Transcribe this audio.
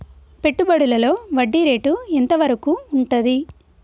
పెట్టుబడులలో వడ్డీ రేటు ఎంత వరకు ఉంటది?